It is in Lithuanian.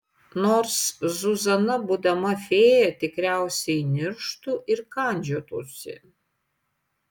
nors zuzana būdama fėja tikriausiai nirštų ir kandžiotųsi